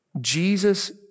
Jesus